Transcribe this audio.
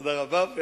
תודה רבה.